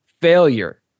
failure